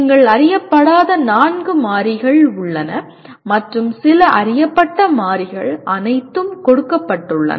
நீங்கள் அறியப்படாத நான்கு மாறிகள் உள்ளன மற்றும் சில அறியப்பட்ட மாறிகள் அனைத்தும் கொடுக்கப்பட்டுள்ளன